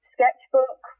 Sketchbook